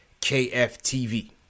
KFTV